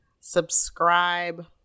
Subscribe